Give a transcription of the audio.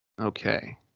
Okay